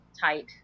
tight